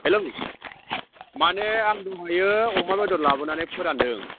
hello माने आं दहायो अमा बेदर लाबोनानै फोरान्दों